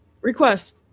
request